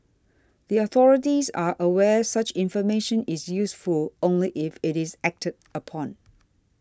the authorities are aware such information is useful only if it is acted upon